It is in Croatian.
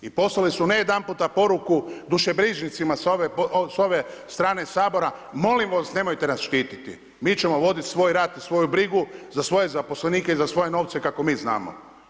I poslali su, ne jedanputa poruku dušebrižnicima sa ove strane Sabora, molimo vas nemojte nas štitit, mi ćemo vodit svoj rat i svoju brigu za svoje zaposlenike i za svoje novce kako mi znamo.